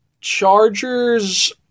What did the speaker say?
Chargers